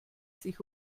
sich